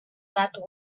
that